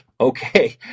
okay